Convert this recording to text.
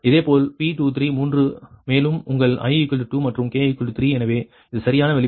இதேபோல் P23 மூன்று மேலும் உங்கள் i 2 மற்றும் k 3 எனவே இது சரியான வெளிப்பாடு நீங்கள் அதைப் பெறுவீர்கள்